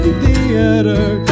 theater